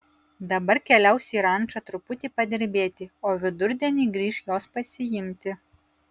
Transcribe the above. dabar keliaus į rančą truputį padirbėti o vidurdienį grįš jos pasiimti